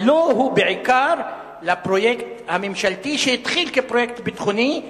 ה"לא" הוא בעיקר לפרויקט הממשלתי שהתחיל כפרויקט ביטחוני,